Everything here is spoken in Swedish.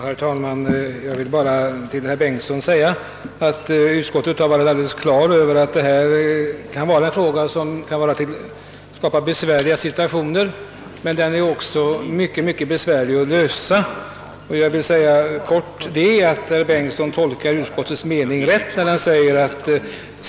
Herr talman! Till herr Bengtsson i Landskrona vill jag säga att utskottet haft klart för sig att detta är förhållanden som kan leda fram till besvärliga situationer. Det är emellertid också mycket svårt att lösa frågan. Jag vill helt kort säga att herr Bengtsson i Landskrona tolkar utskottets inställning rätt.